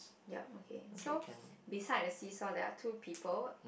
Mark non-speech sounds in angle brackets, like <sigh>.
ya okay so <breath> beside the seesaw there are two people